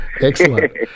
Excellent